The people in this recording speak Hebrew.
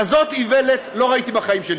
כזאת איוולת לא ראיתי בחיים שלי.